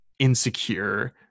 Insecure